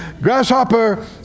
Grasshopper